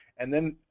and then,